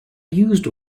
used